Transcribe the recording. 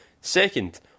second